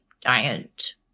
giant